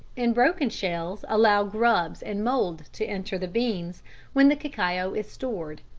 and broken shells allow grubs and mould to enter the beans when the cacao is stored.